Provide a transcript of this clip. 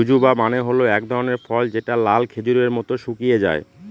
জুজুবা মানে হল এক ধরনের ফল যেটা লাল খেজুরের মত শুকিয়ে যায়